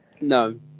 No